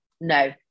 no